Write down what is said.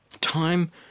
Time